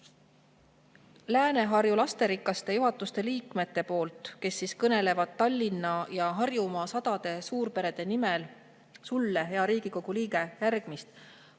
Lääne-Harju Lasterikaste juhatuse liikmete poolt, kes kõnelevad Tallinna ja Harjumaa sadade suurperede nimel, sulle, hea Riigikogu liige, järgmist: